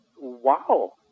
wow